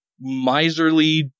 miserly